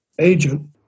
agent